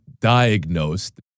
diagnosed